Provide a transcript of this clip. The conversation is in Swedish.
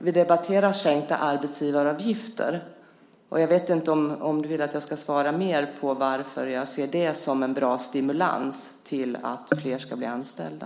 Vi debatterar sänkta arbetsgivaravgifter. Jag vet inte om du vill att jag ska svara mer på varför jag ser det som en bra stimulans till att flera ska bli anställda.